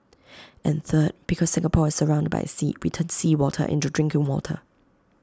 and third because Singapore is surrounded by sea we turn seawater into drinking water